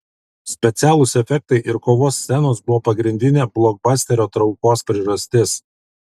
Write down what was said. specialūs efektai ir kovos scenos buvo pagrindinė blokbasterio traukos priežastis